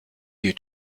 you